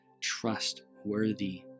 trustworthy